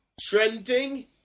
Trending